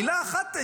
מילה אחת.